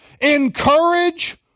encourage